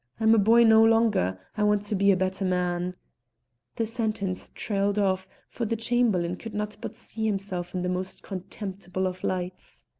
i'm a boy no longer. i want to be a better man the sentence trailed off, for the chamberlain could not but see himself in the most contemptible of lights.